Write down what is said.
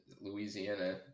Louisiana